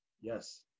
Yes